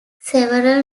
several